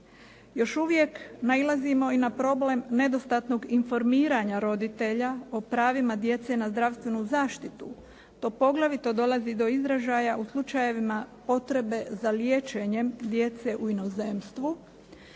Još uvijek nailazimo i na problem nedostatnog informiranja roditelja o pravima djece na zdravstvenu zaštitu. To poglavito dolazi do izražaja u slučajevima potrebe za liječenjem djece u inozemstvu